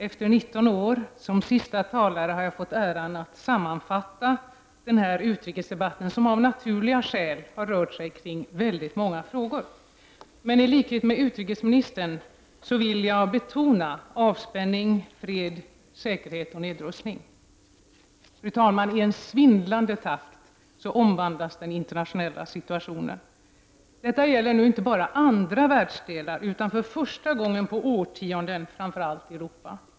Efter 19 år har jag alltså fått äran att sammanfatta den här utrikesdebatten, som av naturliga skäl har rört väldigt många frågor. I likhet med utrikesministern vill jag betona detta med avspänning, fred, säkerhet och nedrustning. I en svindlande takt omvandlas den internationella situationen. Detta gäller inte bara andra världsdelar, utan för första gången på årtionden gäller det framför allt Europa.